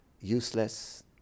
useless